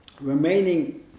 Remaining